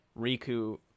riku